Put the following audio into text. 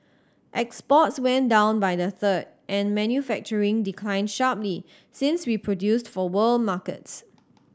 exports went down by a third and manufacturing declined sharply since we produced for world markets